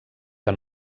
que